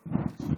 הבלתי-שוויונית,